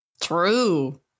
True